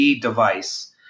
device